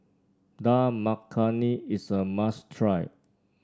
Dal Makhani is a must try